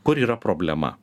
kur yra problema